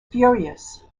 furious